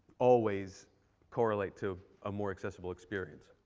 always correlate to a more accessible experience.